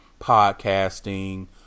podcasting